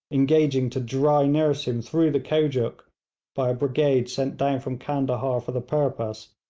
engaging to dry-nurse him through the kojuk by a brigade sent down from candahar for the purpose,